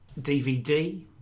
DVD